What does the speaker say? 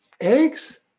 Eggs